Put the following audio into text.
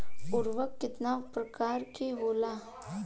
उर्वरक केतना प्रकार के होला?